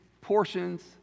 portions